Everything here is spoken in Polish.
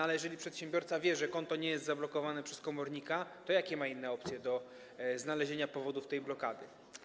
Ale jeżeli przedsiębiorca wie, że konto nie jest zablokowane przez komornika, to jakie ma inne opcje, powody tej blokady?